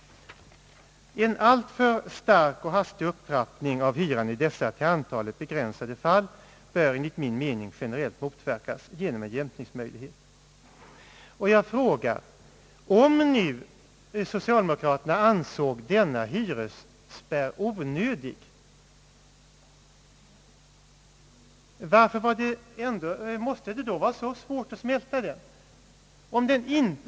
En alltför stark och hastig upptrappning av hyran i dessa till antalet begränsade fall bör enligt min mening generellt motverkas genom en jämkningsmöjlighet. Jag vill fråga varför socialdemokraterna hade så svårt att smälta en sådan hyresspärr, om de nu ansåg denna hyresspärr onödig?